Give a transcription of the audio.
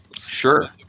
Sure